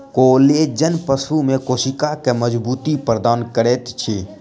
collagen पशु में कोशिका के मज़बूती प्रदान करैत अछि